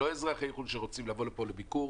לא אזרחי חו"ל שרוצים לבוא לפה לביקור,